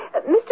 Mr